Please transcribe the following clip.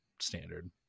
standard